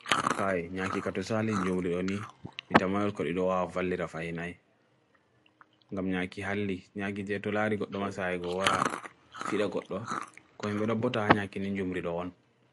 kai nyaki kato salin jumrido ni mitama yur kori doa valera fa hi nai gam nyaki halli nyaki te tolari koto mas aego wara fila koto koi meda buta nyaki nin jumrido on